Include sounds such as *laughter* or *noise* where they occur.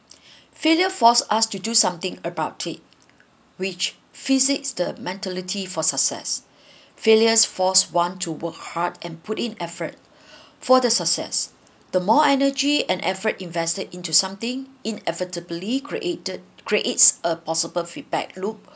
*breath* failure forced us to do something about it which physics the mentality for success *breath* failures forced one to work hard and put in effort for the success the more energy and effort invested into something inevitably created creates a possible feedback loop